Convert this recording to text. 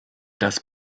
das